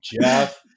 Jeff